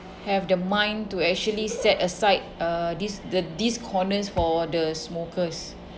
have the mind to actually set aside uh this the these corners for the smokers